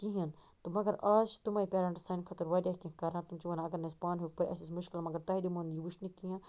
کِہیٖنۍ تہٕ مگر آز چھِ تمٕے پیٚرنٹ سانہِ خٲطرٕ وارِیاہ کیٚنٛہہ کَران تٔمۍ چھِ وانان اگر نہٕ أسی پانہٕ ہیوٚک پٔرِتھ اَسہِ اوس مُشکِل مگر تۄہہِ دِمہو نہٕ یہِ وٕچھنہٕ کیٚنٛہہ